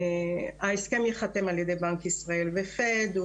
ההסכם ייחתם על ידי בנק ישראל והפד,